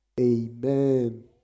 Amen